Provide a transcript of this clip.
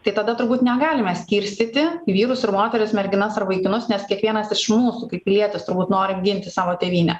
tai tada turbūt negalime skirstyti vyrus ir moteris merginas ar vaikinus nes kiekvienas iš mūsų kaip pilietis turbūt nori apginti savo tėvynę